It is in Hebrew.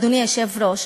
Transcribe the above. אדוני היושב-ראש,